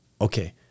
Okay